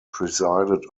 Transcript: presided